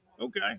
Okay